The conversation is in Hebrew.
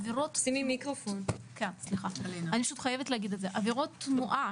עבירות תנועה,